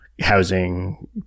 housing